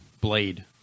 blade